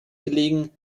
gelegen